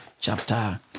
chapter